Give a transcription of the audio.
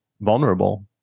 vulnerable